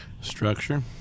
Structure